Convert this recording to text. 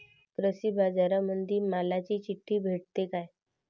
कृषीबाजारामंदी मालाची चिट्ठी भेटते काय?